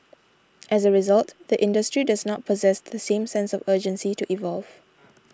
as a result the industry does not possess the same sense of urgency to evolve